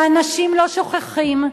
ואנשים לא שוכחים,